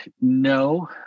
no